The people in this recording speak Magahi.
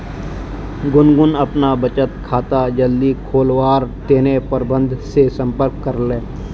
गुनगुन अपना बचत खाता जल्दी खोलवार तने प्रबंधक से संपर्क करले